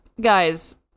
guys